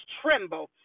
tremble